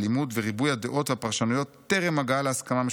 הלימוד וריבוי הדעות והפרשנויות טרם הגעה להסכמה משותפת.